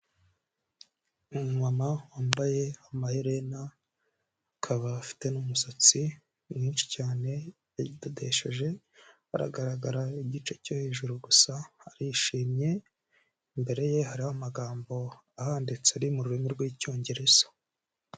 Umumama wambaye amaherena, akaba afite n'umusatsi mwinshi cyane yadodesheje, aragaragara igice cyo hejuru gusa arishimye, imbere ye hariho amagambo ahanditse ari mu rurimi rw'Icyongereza.